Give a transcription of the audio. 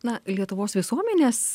na lietuvos visuomenės